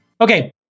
Okay